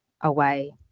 away